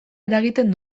eragiten